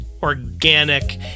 organic